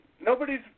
nobody's